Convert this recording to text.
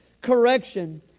correction